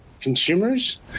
consumers